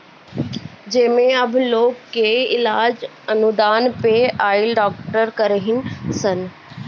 जेमे अब लोग के इलाज अनुदान पे आइल डॉक्टर करीहन सन